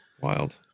Wild